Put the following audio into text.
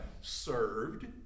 served